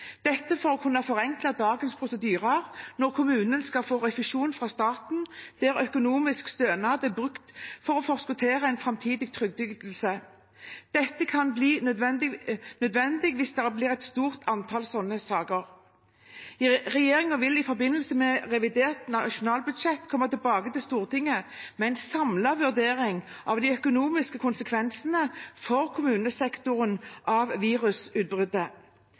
dette for å kunne forenkle dagens prosedyrer når kommunen skal få refusjon fra staten der økonomisk stønad er brukt for å forskuttere en framtidig trygdeytelse. Dette kan bli nødvendig hvis det blir et stort antall slike saker. Regjeringen vil i forbindelse med revidert nasjonalbudsjett komme tilbake til Stortinget med en samlet vurdering av de økonomiske konsekvensene for kommunesektoren av virusutbruddet.